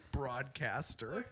broadcaster